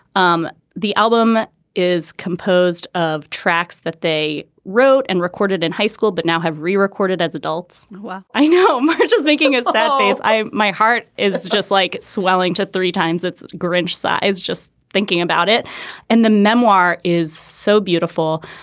um the album is composed of tracks that they wrote and recorded in high school but now have rerecorded as adults i know you're just thinking it's that phase i my heart is just like it's swelling to three times it's grinch size just thinking about it and the memoir is so beautiful.